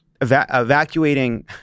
evacuating